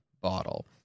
bottle